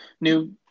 new